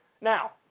Now